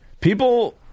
People